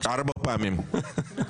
ארבע פעמים.